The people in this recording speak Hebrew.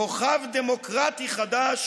כוכב דמוקרטי חדש